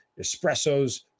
espressos